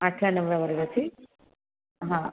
आठव्या नवव्या वर्गाचे हं